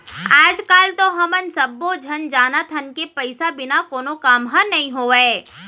आज काल तो हमन सब्बो झन जानत हन कि पइसा बिना कोनो काम ह नइ होवय